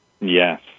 Yes